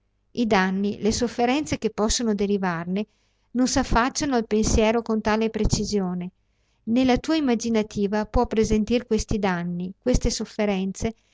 i danni le sofferenze che possono derivarne non ti s'affacciano al pensiero con tal precisione né la tua immaginativa può presentir questi danni queste sofferenze